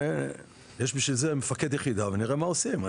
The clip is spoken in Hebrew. ויש בשביל זה מפקד יחידה ונראה מה עושים.